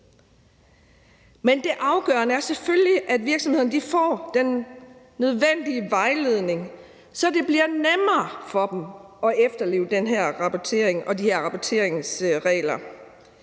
Men det afgørende er selvfølgelig, at virksomhederne får den nødvendige vejledning, så det bliver nemmere for dem at efterleve den her rapportering og de her rapporteringsregler,